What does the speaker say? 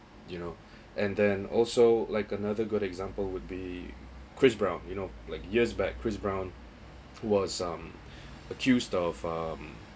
you know and then also like another good example would be chris brown you know like years back chris brown who was um accused of um